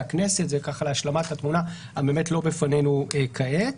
הכנסת - זה להשלמת התמונה שהם באמת לא בפנינו עתה.